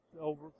over